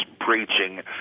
preaching